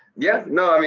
yeah. no,